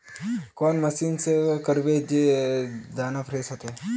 कौन मशीन से करबे जे दाना फ्रेस होते?